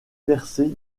percés